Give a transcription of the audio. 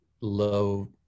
low